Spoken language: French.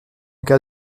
cas